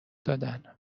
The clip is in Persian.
دادن